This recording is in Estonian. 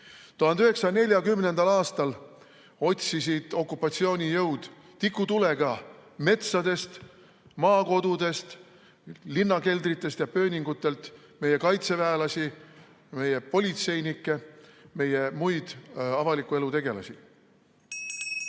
1940. aastal otsisid okupatsioonijõud tikutulega metsadest, maakodudest, linnakeldritest ja pööningutelt meie kaitseväelasi, meie politseinikke, meie muid avaliku elu tegelasi.